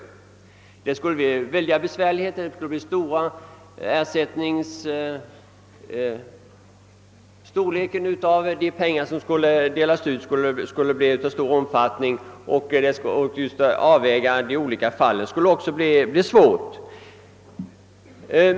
Följden skulle bli väldiga besvärligheter, beloppen som skulle komma att delas ut sades bli mycket stora och det skulle bli svårt att göra en avvägning mellan ersättningsberättigade fall och icke ersättningsberättigade.